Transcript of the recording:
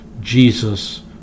Jesus